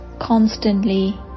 constantly